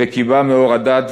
וכיבה מאור הדת,